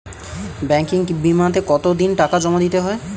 Banking বিমাতে কত দিন টাকা জমা দিতে হয়?